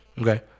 Okay